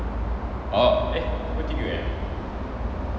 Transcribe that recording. orh